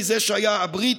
מזה שהיה הבריטי.